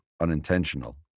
unintentional